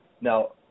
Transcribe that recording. Now